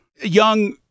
young